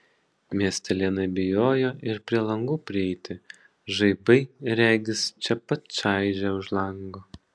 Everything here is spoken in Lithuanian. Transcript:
miestelėnai bijojo ir prie langų prieiti žaibai regis čia pat čaižė už lango